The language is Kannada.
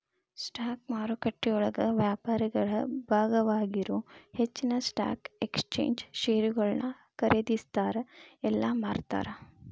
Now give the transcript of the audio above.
ಸ್ಟಾಕ್ ಮಾರುಕಟ್ಟೆಯೊಳಗ ವ್ಯಾಪಾರಿಗಳ ಭಾಗವಾಗಿರೊ ಹೆಚ್ಚಿನ್ ಸ್ಟಾಕ್ ಎಕ್ಸ್ಚೇಂಜ್ ಷೇರುಗಳನ್ನ ಖರೇದಿಸ್ತಾರ ಇಲ್ಲಾ ಮಾರ್ತಾರ